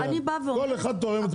אשמים בעניין, כל אחד תורם את חלקו.